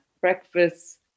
breakfast